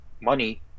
money